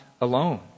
alone